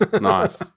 Nice